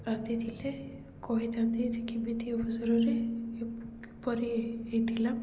ରାନ୍ଧି ଥିଲେ କହିଥାନ୍ତି ଯେ କେମିତି ଅବସରରେ କିପରି ହେଇଥିଲା